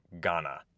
Ghana